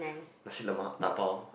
nasi-lemak dabao